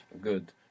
Good